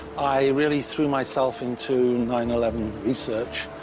i really threw myself into nine eleven research,